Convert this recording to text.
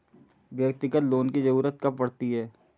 व्यक्तिगत लोन की ज़रूरत कब पड़ती है?